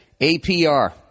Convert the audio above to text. APR